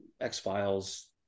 X-Files